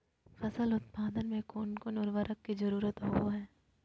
फसल उत्पादन में कोन कोन उर्वरक के जरुरत होवय हैय?